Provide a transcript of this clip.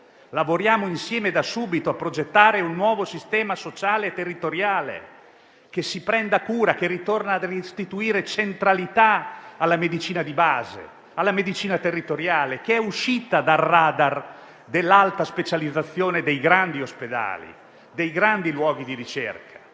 Lavoriamo insieme da subito per progettare un nuovo sistema sociale e territoriale che si prenda cura e torni a restituire centralità alla medicina di base e territoriale, che è uscita dal *radar* dell'alta specializzazione dei grandi ospedali e dei grandi luoghi di ricerca.